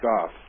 off